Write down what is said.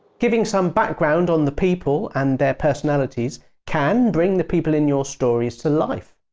giving some background on the people and their personalities can bring the people in your stories to life.